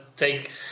Take